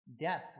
Death